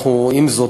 עם זאת,